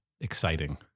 exciting